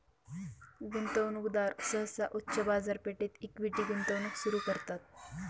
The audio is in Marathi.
गुंतवणूकदार सहसा उच्च बाजारपेठेत इक्विटी गुंतवणूक सुरू करतात